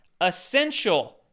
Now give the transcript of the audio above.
essential